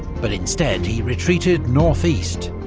but instead he retreated northeast,